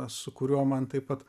su kuriuo man taip pat